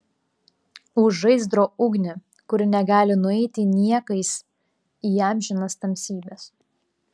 už žaizdro ugnį kuri negali nueiti niekais į amžinas tamsybes